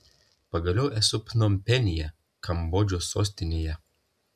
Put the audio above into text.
pagaliau esu pnompenyje kambodžos sostinėje